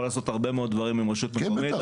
לעשות הרבה מאוד דברים עם רשות מקומית,